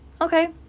okay